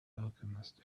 alchemist